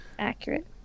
Accurate